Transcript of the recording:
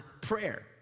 prayer